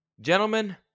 Gentlemen